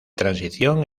transición